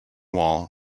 wall